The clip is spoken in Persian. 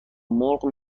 مرغ